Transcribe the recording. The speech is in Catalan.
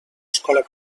escola